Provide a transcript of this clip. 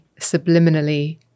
subliminally